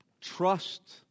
trust